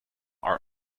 are